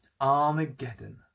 Armageddon